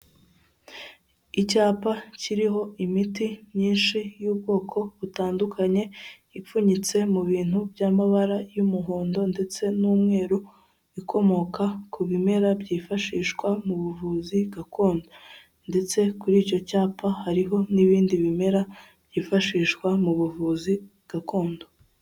Icyapa kiriho imiti myinshi y'ubwoko butandukanye ipfunyitse mu bintu by'amabara y'umuhondo ndetse n'umweru ikomoka ku bimera byifashishwa mu buvuzi gakondo ndetse kuri icyo cyapa hariho n'ibindi bimera byifashishwa mu buvuzi gakondo.